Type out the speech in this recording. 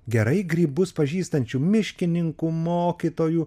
gerai grybus pažįstančių miškininkų mokytojų